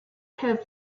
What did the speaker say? curve